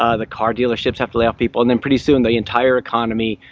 ah the car dealerships have to layoff people and then pretty soon, the entire economy,